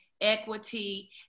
equity